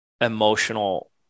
emotional